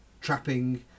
trapping